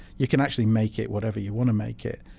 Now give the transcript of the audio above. you can actually make it whatever you want to make it.